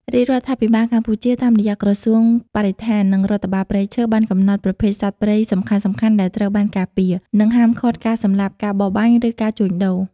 រាជរដ្ឋាភិបាលកម្ពុជា តាមរយៈក្រសួងបរិស្ថាន និងរដ្ឋបាលព្រៃឈើ បានកំណត់ប្រភេទសត្វព្រៃសំខាន់ៗដែលត្រូវបានការពារ និងហាមឃាត់ការសម្លាប់ ការបរបាញ់ ឬការជួញដូរ។